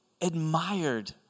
admired